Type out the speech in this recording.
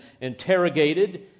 interrogated